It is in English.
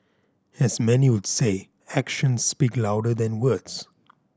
as many would say actions speak louder than words